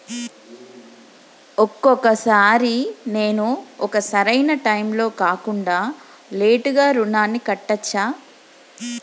ఒక్కొక సారి నేను ఒక సరైనా టైంలో కాకుండా లేటుగా రుణాన్ని కట్టచ్చా?